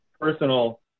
personal